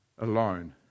alone